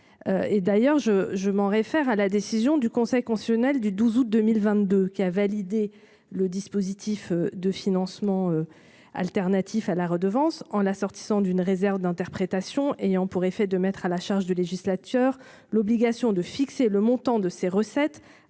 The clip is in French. Et d'ailleurs je je m'en réfère à la décision du Conseil constitutionnel du 12 août 2022 qui a validé le dispositif de financement alternatif à la redevance en l'assortissant d'une réserve d'interprétation ayant pour effet de mettre à la charge de législature, l'obligation de fixer le montant de ces recettes